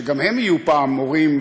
שגם הם יהיו פעם הורים,